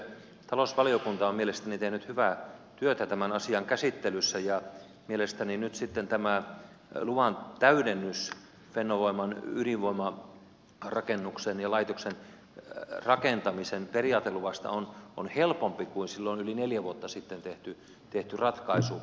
talousvaliokunta on mielestäni tehnyt hyvää työtä tämän asian käsittelyssä ja mielestäni nyt tämä luvan täydennys fennovoiman ydinvoimalaitoksen rakentamisen periaateluvasta on helpompi kuin silloin yli neljä vuotta sitten tehty ratkaisu